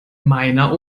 meiner